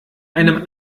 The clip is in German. einem